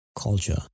culture